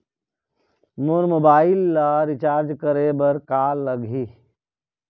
मोर mobile ला recharge करे बर का लगही?